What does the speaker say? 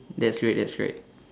that's great that's great